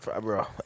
Bro